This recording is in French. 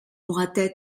mouratet